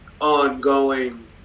ongoing